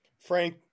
Frank